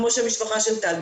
כמו שהמשפחה של טל,